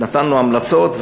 נתנו המלצות,